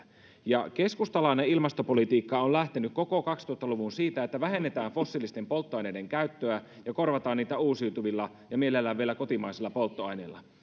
keskustalainen ilmastopolitiikka on lähtenyt koko kaksituhatta luvun siitä että vähennetään fossiilisten polttoaineiden käyttöä ja korvataan niitä uusiutuvilla ja mielellään vielä kotimaisilla polttoaineilla